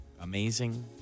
Amazing